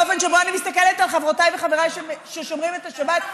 על האופן שבו אני מסתכלת על חברותיי וחבריי ששומרים את השבת.